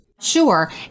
Sure